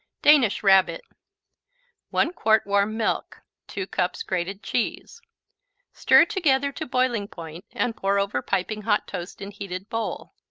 danish rabbit one quart warm milk two cups grated cheese stir together to boiling point and pour over piping-hot toast in heated bowl.